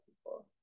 people